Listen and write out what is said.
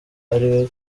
ariwe